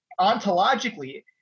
ontologically